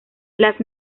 las